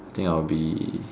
I think I'll be